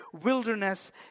wilderness